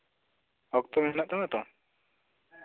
ᱚᱠᱛᱚ ᱦᱮᱱᱟᱜ ᱛᱟᱢᱟ ᱛᱚ